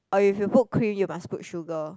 or if you put cream you must put sugar